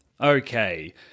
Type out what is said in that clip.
okay